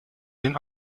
den